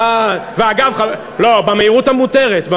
ואגב, במהירות המותרת.